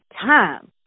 time